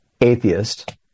atheist